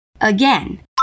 again